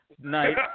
Night